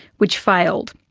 which failed.